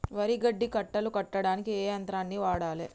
వరి గడ్డి కట్టలు కట్టడానికి ఏ యంత్రాన్ని వాడాలే?